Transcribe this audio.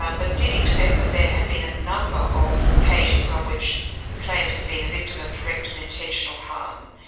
um but did accept that there had been a number of occasions on which the claimant had been the victim of direct and intentional harm.